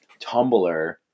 Tumblr